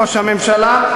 ראש הממשלה,